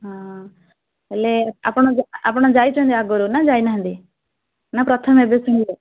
ହଁ ହେଲେ ଆପଣ ଆପଣ ଯାଇଛନ୍ତି ଆଗରୁ ନା ଯାଇ ନାହାନ୍ତି ନା ପ୍ରଥମେ ଏବେ ଶୁଣିଲେ